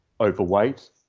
overweight